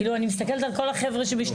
כאילו אני מסתכלת על כל החבר'ה שמשתחררים